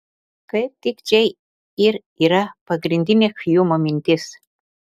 kaip tik čia ir yra pagrindinė hjumo mintis